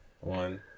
one